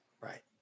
Right